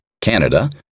Canada